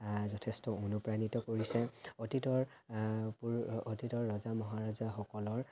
যথেষ্ট অনুপ্ৰাণিত কৰিছে অতীতৰ বোৰ অতীতৰ ৰজা মহাৰজাসকলৰ